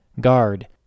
guard